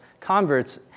converts